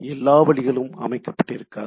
எல்லா வழிகளும் அமைக்கப்பட்டிருக்காது